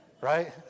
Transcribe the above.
Right